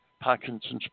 Parkinson's